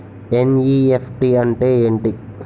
NEFT అంటే ఎంటి?